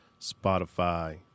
Spotify